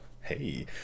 hey